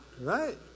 Right